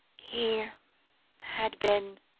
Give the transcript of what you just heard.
he had been